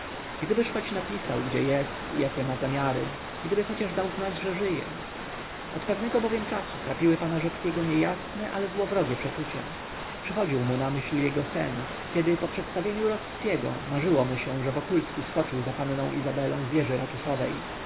choć napisał gdzie jest i jakie ma zamiary gdyby chociaż dał znać że żyje od pewnego bowiem czasu trapiły pana rzeckiego niejasne ale złowrogie przeczucia przychodził mu na myśl jego sen kiedy po przedstawieniu rossiego marzyło mu się że wokulski skoczył za panną izabelą z wieży ratuszowej